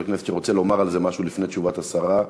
כנסת שרוצה לומר על זה משהו לפני תשובת השרה?